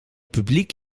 publiek